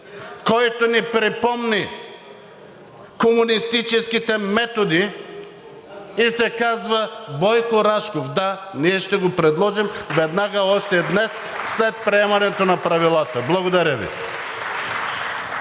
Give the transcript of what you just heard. който ни припомни комунистическите методи и се казва Бойко Рашков. Да, ние ще го предложим веднага, още днес, след приемането на Правилата. Благодаря Ви.